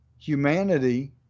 Humanity